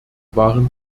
waren